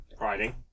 Riding